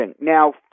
Now